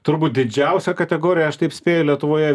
turbūt didžiausia kategorija aš taip spėju lietuvoje